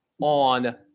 on